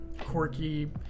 quirky